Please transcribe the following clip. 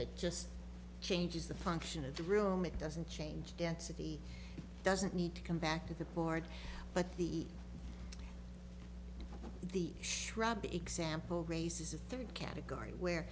that just changes the function of the room it doesn't change density doesn't need to come back to the board but the the shrubby example raises a third category where